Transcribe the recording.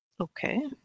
Okay